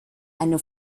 eine